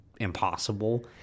impossible